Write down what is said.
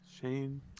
Shane